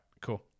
Cool